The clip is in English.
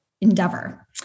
endeavor